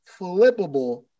flippable